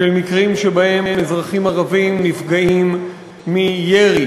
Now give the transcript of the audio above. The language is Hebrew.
של מקרים שבהם אזרחים ערבים נפגעים מירי